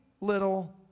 little